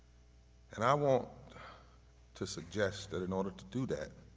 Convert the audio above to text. and i want to suggest that in order to do that,